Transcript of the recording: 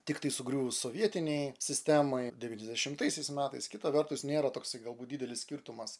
tiktai sugriuvus sovietinei sistemai devyniasdešimtaisiais metais kita vertus nėra toksai galbūt didelis skirtumas